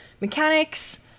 mechanics